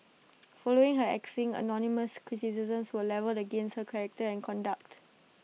following her axing anonymous criticisms were levelled against her character and conduct